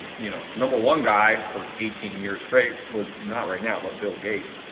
you know number one guy for eighteen years straight was, not right now, but bill gates.